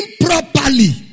improperly